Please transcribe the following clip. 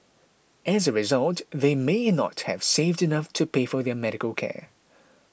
as a result they may not have saved enough to pay for their medical care